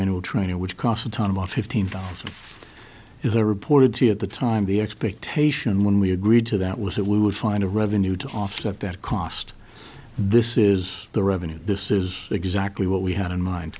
annual training which cost a ton about fifteen dollars is a reported to at the time the expectation when we agreed to that was that we would find a revenue to offset that cost this is the revenue this is exactly what we had in mind